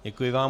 Děkuji vám.